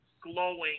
Glowing